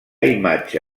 imatge